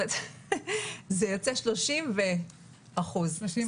זה יוצא שלושים ו- אחוזים.